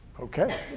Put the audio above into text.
okay.